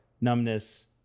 numbness